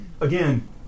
Again